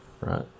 Right